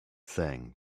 thing